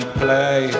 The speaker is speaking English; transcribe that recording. play